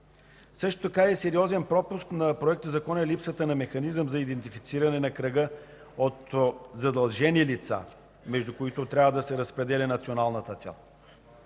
до 2016 г. Сериозен пропуск на Проектозакона е липсата на механизъм за идентифициране на кръга от задължени лица, между които трябва да се разпределя националната цел.